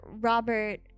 Robert